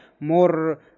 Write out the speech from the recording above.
more